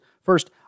First